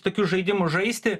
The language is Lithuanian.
tokius žaidimus žaisti